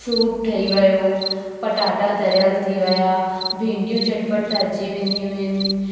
soup ठही वियो पटाटा तरियल थी विया भींडियूं झटि पटि तरजी वेंदियूं आहिनि